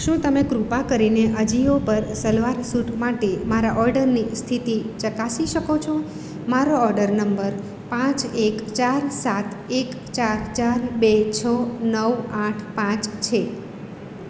શું તમે કૃપા કરીને અજિયો પર સલવાર સૂટ માટે મારા ઓર્ડરની સ્થિતિ ચકાસી શકો છો મારો ઓર્ડર નંબર પાંચ એક ચાર સાત એક ચાર ચાર બે છ નવ આઠ પાંચ છે